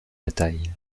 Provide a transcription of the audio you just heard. bataille